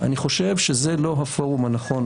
אני חושב שזה לא הפורום הנכון,